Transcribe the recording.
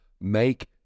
make